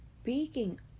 Speaking